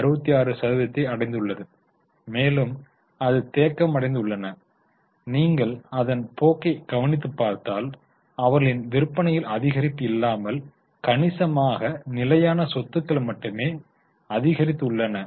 66 சதவீதத்தை அடைந்துள்ளது மேலும் அது தேக்கமடைந்துள்ளன நீங்கள் அதன் போக்கை கவனித்து பார்த்தால் அவர்களின் விற்பனையில் அதிகரிப்பு இல்லாமல் கணிசமாக நிலையான சொத்துக்கள் மட்டும் அதிகரித்துள்ளன